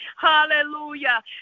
Hallelujah